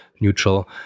neutral